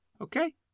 Okay